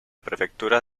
prefectura